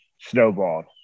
snowballed